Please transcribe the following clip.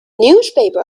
newspaper